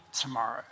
tomorrow